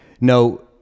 no